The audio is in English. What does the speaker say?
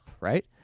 Right